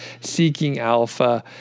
seekingalpha